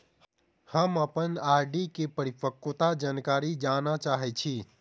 हम अप्पन आर.डी केँ परिपक्वता जानकारी जानऽ चाहै छी